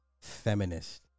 feminist